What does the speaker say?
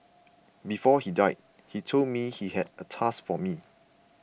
before he died he told me he had a task for me